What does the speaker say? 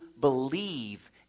believe